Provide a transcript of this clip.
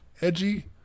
edgy